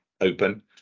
open